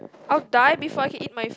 I'll die before he hit my